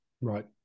Right